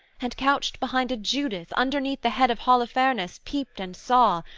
and, couched behind a judith, underneath the head of holofernes peeped and saw.